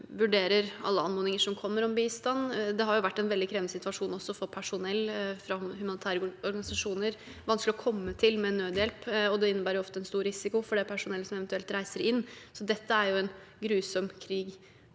vurderer alle anmodninger som kommer om bistand. Det har vært en veldig krevende situasjon også for personell fra humanitære organisasjoner – vanskelig å komme til med nødhjelp. Det innebærer ofte en stor risiko for det personellet som eventuelt reiser inn. Så dette er en grusom krig